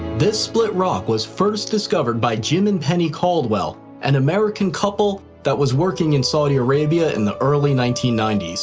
this split rock was first discovered by jim and penny caldwell, an american couple that was working in saudi arabia in the early nineteen ninety s.